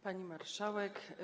Pani Marszałek!